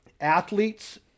athletes